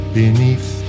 beneath